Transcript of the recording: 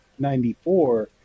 94